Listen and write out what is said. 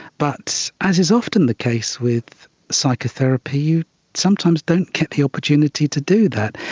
but as is often the case with psychotherapy you sometimes don't get the opportunity to do that.